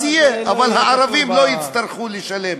אז יהיה, אבל הערבים לא יצטרכו לשלם.